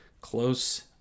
close